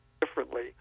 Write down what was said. differently